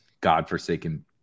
godforsaken